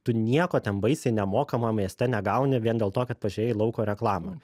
tu nieko ten baisiai nemokamo mieste negauni vien dėl to kad pažiūrėjai lauko reklamą